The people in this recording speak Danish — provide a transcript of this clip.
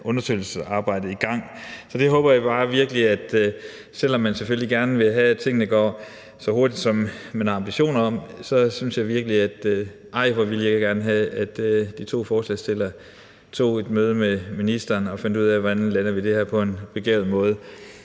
undersøgelsesarbejde i gang. Så selv om man selvfølgelig gerne vil have, at tingene går så hurtigt, som man har ambitioner om, så tænker jeg: Ej, hvor ville jeg gerne have, at de to forslagsstillere tog et møde med ministeren og fandt ud af, hvordan man lander det her på en begavet måde.